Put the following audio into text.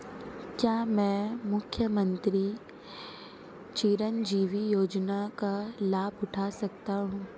क्या मैं मुख्यमंत्री चिरंजीवी योजना का लाभ उठा सकता हूं?